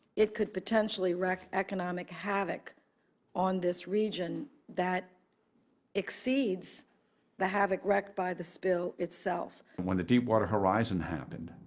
it could potentially wreak economic havoc on this region that exceeds the havoc wreaked by the spill itself. when the deepwater horizon happened.